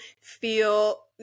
feel